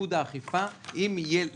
אז קודם כל,